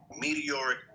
meteoric